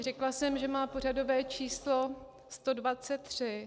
Řekla jsem, že má pořadové číslo 123.